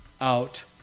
out